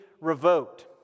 revoked